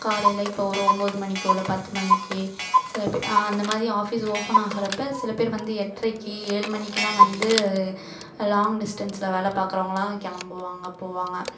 காலையில் இப்போது ஒரு ஒம்போது மணிக்கோ இல்லை பத்து மணிக்கே சில பேர் இந்தமாதிரி ஆஃபிஸ் ஓப்பனாகிறப்ப சில பேர் வந்து எட்றைக்கு ஏழு மணிக்கெல்லாம் வந்து லாங் டிஸ்டன்ஸில் வேலைப் பாக்கிறவங்கள்லாம் கிளம்புவாங்க போவாங்க